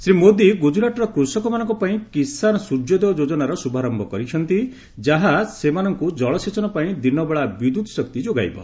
ଶ୍ରୀମୋଦୀ ଗୁଜରାତର କୃଷକମାନଙ୍କ ପାଇଁ କିଷାନ ସ୍ୱର୍ଯ୍ୟାଦୟ ଯୋଜନାର ଶୁଭାରୟ କରିଛନ୍ତି ଯାହା ସେମାନଙ୍କୁ ଜଳସେଚନ ପାଇଁ ଦିନବେଳା ବିଦ୍ୟୁତ୍ ଶକ୍ତି ଯୋଗାଇବ